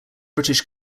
british